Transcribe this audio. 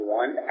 one